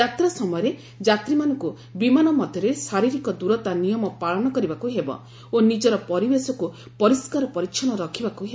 ଯାତ୍ରା ସମୟରେ ଯାତ୍ରୀମାନଙ୍କୁ ବିମାନ ମଧ୍ୟରେ ଶାରୀରିକ ଦୂରତା ନିୟମ ପାଳନ କରିବାକୁ ହେବ ଓ ନିଜର ପରିବେଶକୁ ପରିଷ୍କାର ପରିଚ୍ଚନ୍ନ ରଖିବାକୁ ହେବ